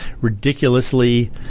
ridiculously